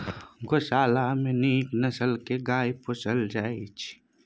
गोशाला मे नीक नसल के गाय पोसल जाइ छइ